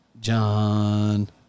John